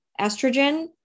estrogen